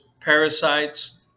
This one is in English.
parasites